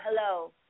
hello